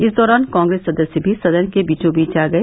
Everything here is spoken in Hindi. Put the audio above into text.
इस दौरान कांग्रेस सदस्य भी सदन के बीचोंबीच आ गए